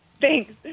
thanks